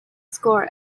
score